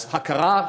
אז הכרה,